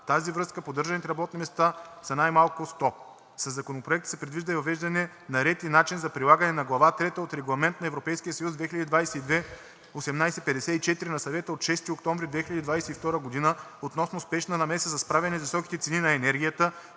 тази връзка поддържаните работни места са най-малко 100. Със Законопроекта се предвижда и въвеждане на ред и начин за прилагане на Глава III от Регламент на Европейския съюз 2022/1854 на Съвета от 6 октомври 2022 г. относно спешна намеса за справяне с високите цени на енергията,